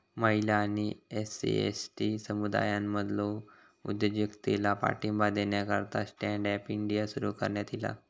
महिला आणि SC, ST समुदायांमधलो उद्योजकतेला पाठिंबा देण्याकरता स्टँड अप इंडिया सुरू करण्यात ईला